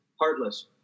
heartless